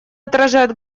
отражает